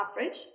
average